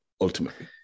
ultimately